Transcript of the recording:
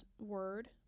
word